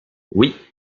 oui